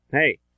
Hey